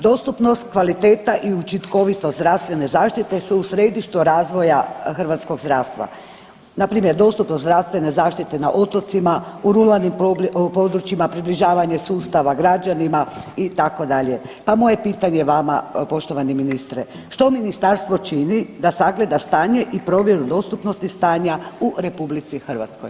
Dostupnost, kvaliteta i učinkovitost zdravstvene zaštite su u središtu razvoja hrvatskog zdravstva, npr. dostupnost zdravstvene zaštite na otocima, u ruralnim područjima, približavanje sustava građanima itd., pa moje pitanje vama poštovani ministre, što ministarstvo čini da sagleda stanje i provjeru dostupnosti stanja u RH?